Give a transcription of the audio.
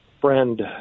friend